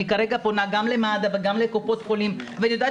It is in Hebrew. אני פונה גם למד"א וגם לקופות החולים ואני יודעת